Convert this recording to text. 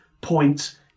point